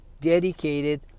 dedicated